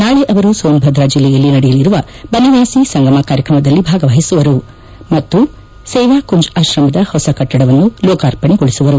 ನಾಳೆ ಅವರು ಸೋನ್ ಭದ್ರಾ ಜಿಲ್ಲೆಯಲ್ಲಿ ನಡೆಯಲಿರುವ ಬನವಾಸಿ ಸಂಗಮ ಕಾರ್ಯಕ್ರಮದಲ್ಲಿ ಭಾಗವಹಿಸುವರು ಮತ್ತು ಸೇವಾ ಕುಂಜ್ ಆಶ್ರಮದ ಹೊಸ ಕಟ್ಟಡವನ್ನು ಲೋಕಾರ್ಪಣೆಗೊಳಿಸುವರು